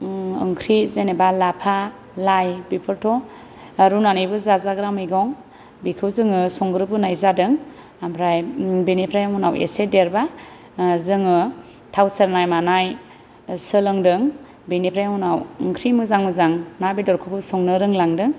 ओम ओंख्रि जेनेबा लाफा लाइ बेफोरथ' रुनानैबो जाजाग्रा मैगं बेखौ जोङो संग्रोबोनाय जादों ओमफ्राय बेनिफ्राय उनाव एसे देरबा ओ थाव सेरनाय मानाय सोलोंदों बेनिफ्राय उनाव ओंख्रि मोजां मोजां ना बेदरखौबो संनो रोंलांदों